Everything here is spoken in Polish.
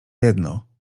jedno